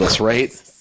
right